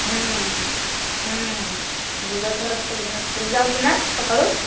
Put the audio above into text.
ଯିବ ଏଥର ସବୁଦିନେ ସ୍କୁଲ୍ ଯାଉଛି ନା ସକାଳୁ